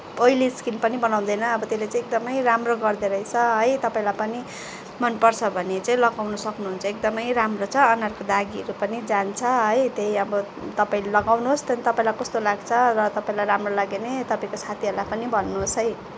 oily skin पनि बनाउँदैन अब त्यसले चाहिँ एकदमै राम्रो गर्दोरहेछ है तपाईँलाई पनि मनपर्छ भने चाहिँ लगाउन सक्नुहुन्छ एकदमै राम्रो छ अनुहारको दागीहरू पनि जान्छ है त्यही अब तपाईँले लगाउनुहोस् त्यहाँदेखि तपाईँलाई कस्तो लाग्छ र तपाईँलाई राम्रो लाग्यो भने तपाईँको साथीहरूलाई पनि भन्नुहोस् है